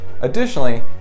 Additionally